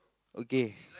okay